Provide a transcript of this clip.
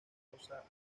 rosa